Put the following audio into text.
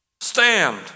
stand